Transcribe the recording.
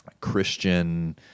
Christian